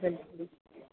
भली भली